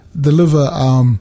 deliver